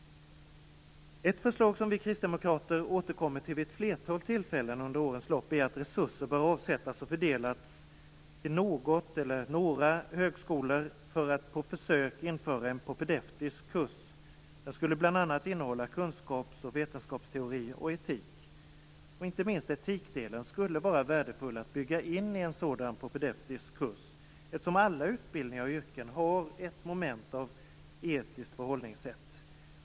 Ett förslag som vi kristdemokrater har återkommit till vid ett flertal tillfällen under årens lopp är att resurser bör avsättas och fördelas till något eller några högskolor för att på försök införa en propedeutisk kurs. Den skulle bl.a. innehålla kunskaps och vetenskapsteori och etik. Inte minst etikdelen skulle vara värdefull att bygga in i en sådan propedeutisk kurs, eftersom alla utbildningar och yrken har ett moment av etiskt förhållningssätt.